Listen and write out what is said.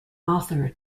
author